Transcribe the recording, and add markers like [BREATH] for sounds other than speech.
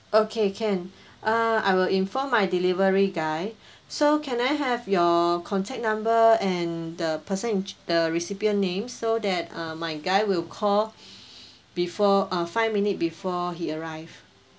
okay can uh I will inform my delivery guy so can I have your contact number and the person in ch~ the recipient name so that uh my guy will call [BREATH] before uh five minute before he arrive